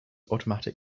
automatic